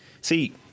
See